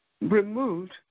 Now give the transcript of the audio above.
removed